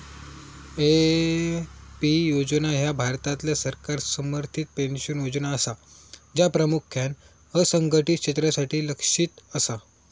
AP योजना ह्या भारतातल्या सरकार समर्थित पेन्शन योजना असा, ज्या प्रामुख्यान असंघटित क्षेत्रासाठी लक्ष्यित असा